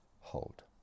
hold